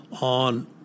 on